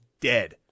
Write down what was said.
dead